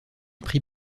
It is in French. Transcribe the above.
prit